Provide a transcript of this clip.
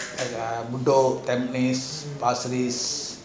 ah bedok tampines pasir ris